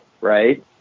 right